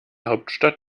hauptstadt